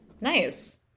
Nice